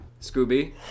Scooby